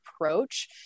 approach